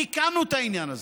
תיקנו את העניין הזה.